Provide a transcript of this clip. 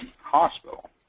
hospital